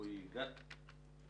אורי גת.